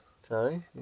Sorry